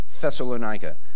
Thessalonica